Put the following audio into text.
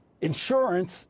Insurance